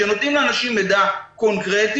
כשנותנים לאנשים מידע קונקרטי,